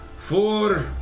four